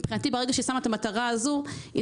מבחינתי ברגע שהיא שמה את המטרה הזו היא